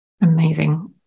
amazing